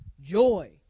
joy